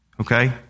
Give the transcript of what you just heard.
Okay